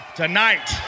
tonight